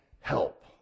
help